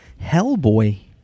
Hellboy